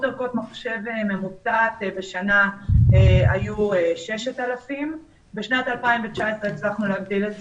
ערכות מחשב ממוצעת בשנה הייתה 6,000. בשנת 2019 הצלחנו להגדיל את